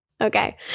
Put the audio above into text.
okay